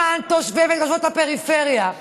למען תושבי ותושבות הפריפריה.